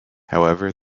however